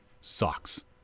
socks